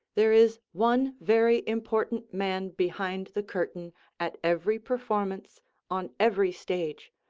there is one very important man behind the curtain at every performance on every stage,